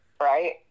right